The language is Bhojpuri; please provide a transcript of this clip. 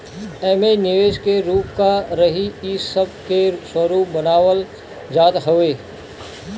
एमे निवेश के रूप का रही इ सब के स्वरूप बनावल जात हवे